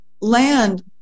land